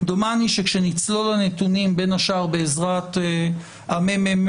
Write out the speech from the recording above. דומני שכשנצלול לנתונים, בין השאר בעזרת המ.מ.מ.